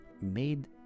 made